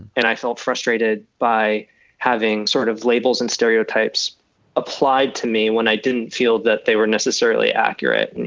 and i felt frustrated by having sort of labels and stereotypes applied to me when i didn't feel that they were necessarily accurate. and, you